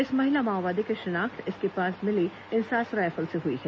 इस महिला माओवादी की शिनाख्त इसके पास मिली इंसास रायफल से हुई है